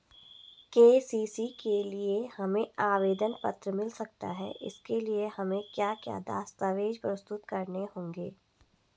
KCC के लिए हमें आवेदन पत्र मिल सकता है इसके लिए हमें क्या क्या दस्तावेज़ प्रस्तुत करने होंगे?